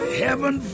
heaven